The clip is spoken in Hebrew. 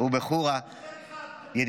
ובחורה --- שנה וחצי אתה נמצא בתפקיד